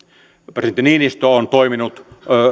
presidentti niinistö on toiminut